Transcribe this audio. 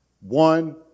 One